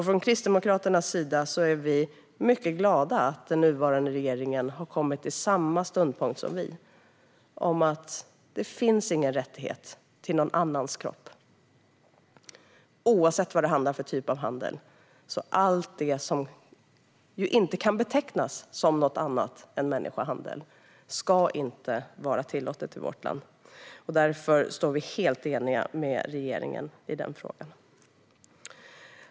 Från Kristdemokraternas sida är vi mycket glada att den nuvarande regeringen har kommit till samma ståndpunkt som vi. Det finns ingen rättighet till någon annans kropp oavsett vad det är för typ av handel. Allt det som inte kan betecknas som något annat än människohandel ska inte vara tillåtet i vårt land. Därför står vi helt eniga med regeringen i den frågan.